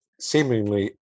seemingly